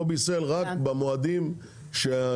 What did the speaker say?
פה בישראל רק במועדים העונתיים,